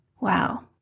Wow